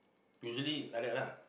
usually like that lah